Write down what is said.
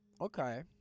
Okay